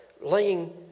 laying